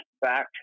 back